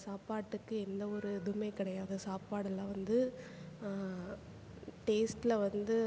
சாப்பாட்டுக்கு எந்த ஒரு இதுவுமே கிடயாது சாப்பாடெல்லாம் வந்து டேஸ்ட்ல வந்து